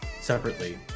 separately